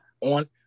on